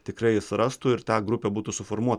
tikrai surastų ir ta grupė būtų suformuo